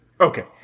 Okay